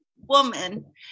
woman